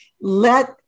let